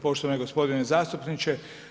Poštovani gospodine zastupniče.